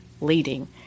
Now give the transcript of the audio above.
leading